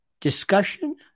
discussion